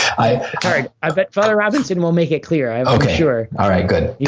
i i bet father robinson will make it clear i'm sure all right good